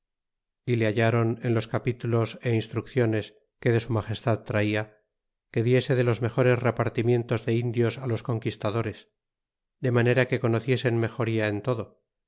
y le hallron en los capítulos é instrucciones que de su magestad traia que diese de los mejores repartimientos de indios á los conquistadores de manera que conociesen mejoría en todo